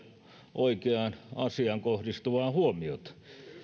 oikeaan asiaan kohdistuvaa huomiota